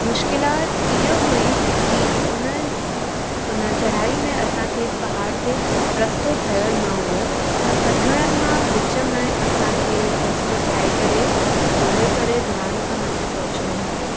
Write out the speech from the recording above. मुश्किल आहट इहा हुई की उन्हनि उन चढ़ाई में असांखे पहाड़ ते रस्तो ठहियल न हुओ त पत्थरनि मां विच में असांखे रस्तो ठाहे करे ॻोल्हे करे ध्यान सां मथे पहुचणो हुओ